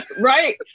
Right